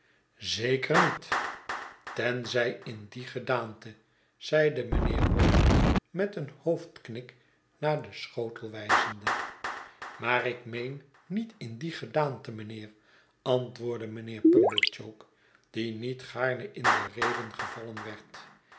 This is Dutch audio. zeker niet tenzij in die gedaante zeide mijnheer wopsle met een hoofdnik naar den schotel wijzende maar ik meen niet in die gedaante mijnheer antwoordde mijnheer pumblechook die niet gaarne in de rede gevallen werd